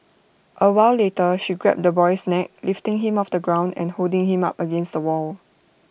A while later she grabbed the boy's neck lifting him off the ground and holding him up against the wall